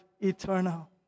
eternal